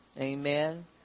Amen